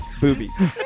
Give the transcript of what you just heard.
boobies